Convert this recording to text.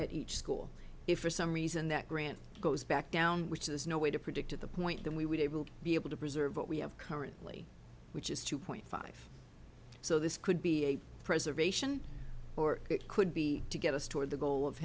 at each school if for some reason that grant goes back down which is no way to predict at the point that we would be able to be able to preserve what we have currently which is two point five so this could be a preservation or it could be to get us toward the goal of